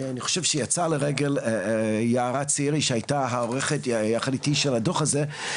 אני חושב שיצא ע"י יערה צעירי שהייתה העורכת יחד איתי של הדוח הזה,